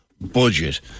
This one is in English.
budget